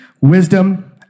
wisdom